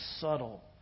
subtle